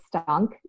stunk